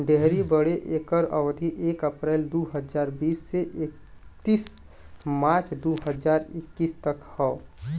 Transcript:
dairy बदे एकर अवधी एक अप्रैल दू हज़ार बीस से इकतीस मार्च दू हज़ार इक्कीस तक क हौ